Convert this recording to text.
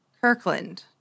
Kirkland